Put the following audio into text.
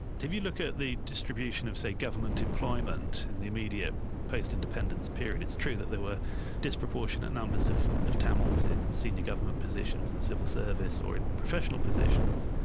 if you look at the distribution of, say, government employment in the immediate post-independence period, it's true that there were disproportionate numbers of of tamils in senior government positions in the civil service, or in professional positions.